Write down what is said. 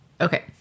Okay